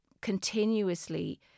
continuously